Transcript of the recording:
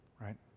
right